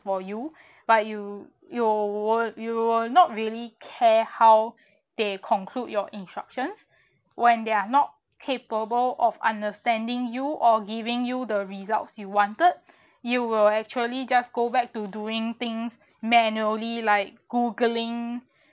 for you but you you wo~ you will not really care how they conclude your instructions when they are not capable of understanding you or giving you the results you wanted you will actually just go back to doing things manually like googling